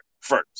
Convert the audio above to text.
first